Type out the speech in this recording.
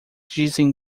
dizem